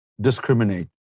discriminate